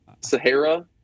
Sahara